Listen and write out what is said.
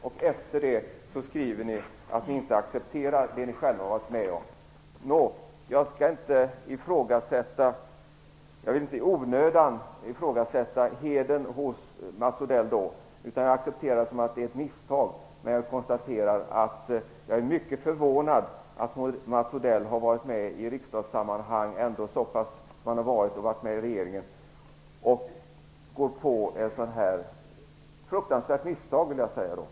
Därefter skriver ni att ni inte accepterar det ni själva har varit med om. Jag vill inte i onödan ifrågasätta hedern hos Mats Odell. Jag accepterar det som ett misstag. Men jag är mycket förvånad att Mats Odell, som ändå har varit med i riksdagssammanhang och i regeringen, går på ett sådant fruktansvärt misstag, som jag vill kalla det.